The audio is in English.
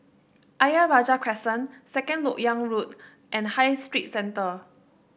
Ayer Rajah Crescent Second LoK Yang Road and High Street Centre